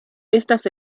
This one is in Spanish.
estas